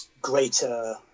greater